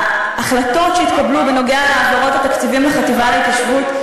ההחלטות שהתקבלו בנוגע להעברות התקציבים לחטיבה להתיישבות,